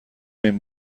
این